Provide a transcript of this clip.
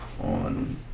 on